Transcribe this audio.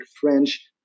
French